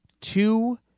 two